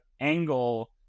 angle